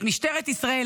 את משטרת ישראל,